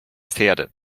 pferde